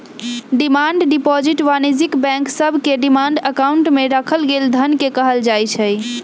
demand deposit वाणिज्यिक bank सभके demand account में राखल गेल धन के कहल जाइ छै